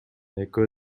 экөө